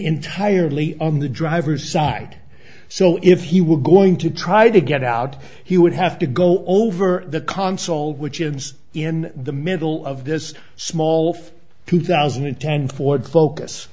entirely on the driver's side so if he were going to try to get out he would have to go over the console which ends in the middle of this small for two thousand and ten ford focus